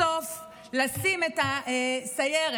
בסוף לשים את הסיירת,